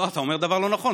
לא, אתה אומר דבר לא נכון.